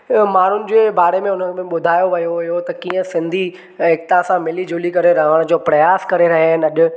माण्हुनि जे बारे में उन में ॿुधायो वियो हुओ त कीअं सिंधी एकता सां मिली झुली करे रहण जो प्रयास करे रहिया आहिनि अॼु